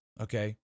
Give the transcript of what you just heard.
Okay